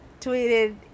tweeted